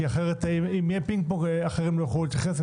כי אם יהיה פינג-פונג אחרים לא יוכלו להתייחס.